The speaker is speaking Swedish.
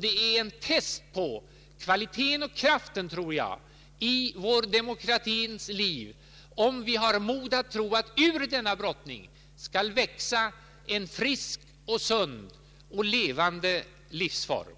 Det är en test på kvaliteten och kraften, tror jag, i vår demokrati, om vi har mod att tro att ur denna brottning skall växa en frisk, sund och levande livsform.